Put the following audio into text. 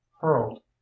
hurled